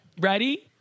Ready